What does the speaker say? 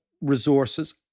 resources